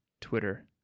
Twitter